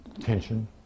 tension